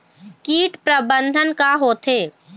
कीट प्रबंधन का होथे?